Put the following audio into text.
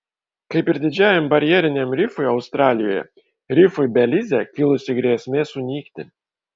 kaip ir didžiajam barjeriniam rifui australijoje rifui belize kilusi grėsmė sunykti